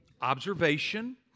observation